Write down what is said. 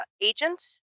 Agent